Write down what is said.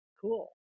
Cool